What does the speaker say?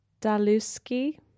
Daluski